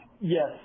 Yes